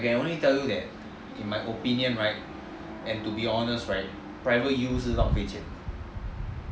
eh I only tell you that in my opinion right and to be honest right private U 是浪费钱的